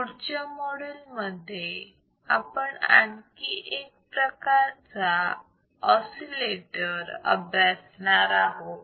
पुढच्या मॉड्यूल मध्ये आपण आणखी एक प्रकारचा ऑसिलेटर अभ्यासणार आहोत